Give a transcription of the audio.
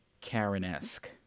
Karen-esque